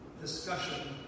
discussion